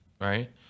right